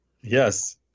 Yes